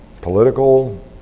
Political